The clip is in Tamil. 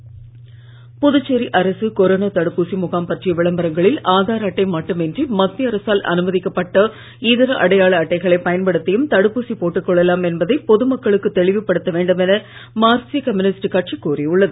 புதுச்சேரி சிபிஎம் புதுச்சேரி அரசு கொரோனா தடுப்பூசி முகாம் பற்றிய விளம்பரங்களில் ஆதார் அட்டை மட்டுமின்றி மத்திய அரசால் அனுமதிக்கப்பட்ட இதர அடையாள அட்டைகளை பயன்படுத்தியும் தடுப்பூசி போட்டுக் கொள்ளலாம் என்பதை பொது மக்களுக்கு தெளிவுபடுத்த வேண்டுமென மார்க்சீய கம்யூனிஸ்ட் கட்சி கோரி உள்ளது